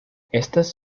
estas